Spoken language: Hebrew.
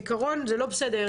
בעיקרון, זה לא בסדר.